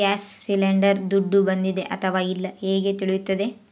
Gas cylinder ದುಡ್ಡು ಬಂದಿದೆ ಅಥವಾ ಇಲ್ಲ ಹೇಗೆ ತಿಳಿಯುತ್ತದೆ?